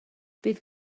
bydd